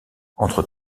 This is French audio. entre